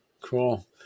cool